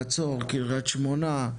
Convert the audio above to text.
חצור, קריית שמונה,